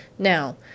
Now